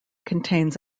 contains